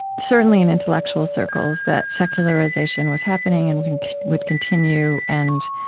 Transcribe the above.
certainly in intellectual circles, that secularization was happening and would continue, and